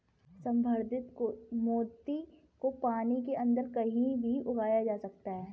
संवर्धित मोती को पानी के अंदर कहीं भी उगाया जा सकता है